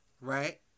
Right